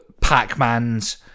Pac-Mans